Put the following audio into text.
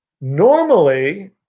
Normally